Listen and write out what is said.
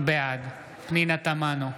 בעד פנינה תמנו,